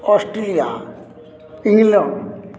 Australia England